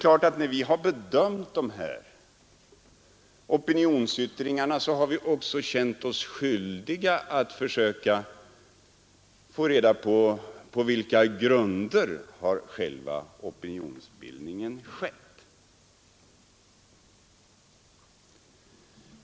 När vi bedömt dessa opinionsyttringar har vi därför också känt oss skyldiga att undersöka på vilka grunder själva opinionsbildningen skett.